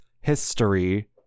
history